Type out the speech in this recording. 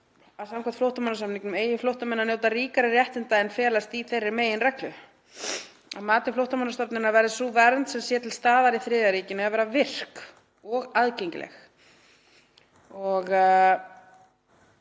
að samkvæmt Flóttamannasamningnum eigi flóttamenn að njóta ríkari réttinda en felast í þeirri meginreglu. Að mati Flóttamannastofnunarinnar verði sú vernd sem sé til staðar í þriðja ríkinu að vera virk (e. effective) og